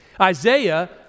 Isaiah